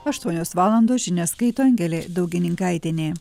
aštuonios valandos žinias skaito angelė daugininkaitienė